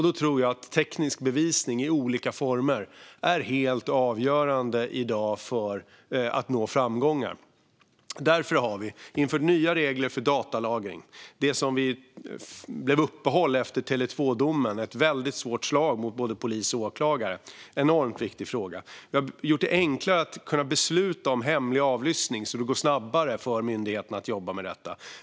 Då tror jag att teknisk bevisning i olika former i dag är helt avgörande för att nå framgångar. Därför har vi infört nya regler för datalagring. Det blev ett uppehåll efter Tele 2-domen, och det var ett mycket svårt slag mot polis och åklagare. Det är en enormt viktig fråga. Vi har gjort det enklare att besluta om hemlig avlyssning, så att det går snabbare för myndigheterna att jobba med de frågorna.